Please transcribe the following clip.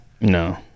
No